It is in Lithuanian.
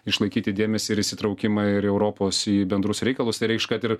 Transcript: išlaikyti dėmesį ir įsitraukimą ir į europos į bendrus reikalus tai reikš kad ir